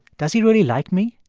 does he really like me?